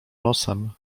nosem